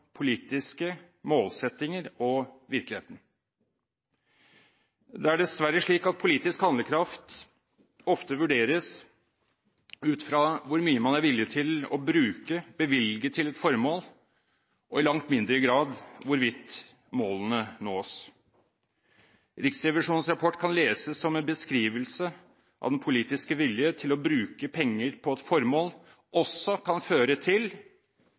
politiske målsettinger og virkeligheten. Det er dessverre slik at politisk handlekraft ofte vurderes ut fra hvor mye man er villig til å bruke på eller bevilge til et formål, og i langt mindre grad hvorvidt målene nås. Riksrevisjonens rapport kan leses som en beskrivelse av at den politiske vilje til å bruke penger på et formål også kan føre til